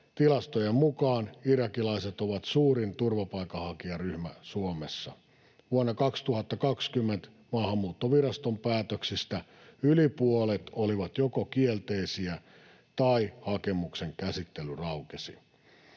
Tilastojen mukaan irakilaiset ovat suurin turvapaikanhakijaryhmä Suomessa. Vuonna 2020 Maahanmuuttoviraston päätöksistä yli puolet oli joko kielteisiä tai sellaisia, että hakemuksen käsittely raukesi.